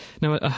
Now